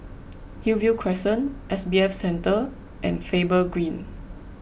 Hillview Crescent S B F Center and Faber Green